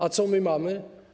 A co my mamy?